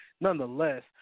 nonetheless